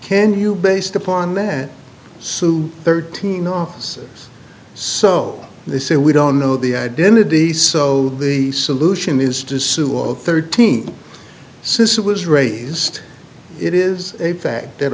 can you based upon that suit thirteen officers so they say we don't know the identity so the solution is to sue all thirteen says it was raised it is a fact that